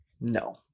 no